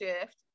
shift